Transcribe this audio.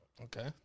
Okay